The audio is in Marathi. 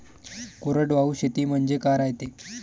कोरडवाहू शेती म्हनजे का रायते?